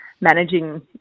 managing